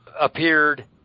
appeared